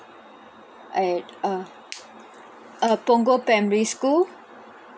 at err uh punggol primary school